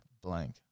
blank